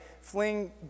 fling